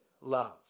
love